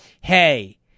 hey